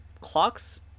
clocks